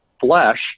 flesh